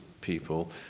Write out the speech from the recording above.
people